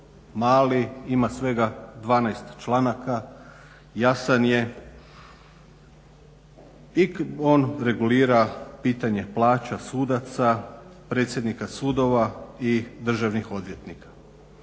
mali, ima svega 12 članaka, jasan je i on regulira pitanje plaća sudaca, predsjednika sudova i državnih odvjetnika.